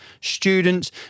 students